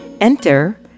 Enter